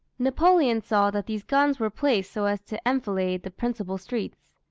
napoleon saw that these guns were placed so as to enfilade the principal streets.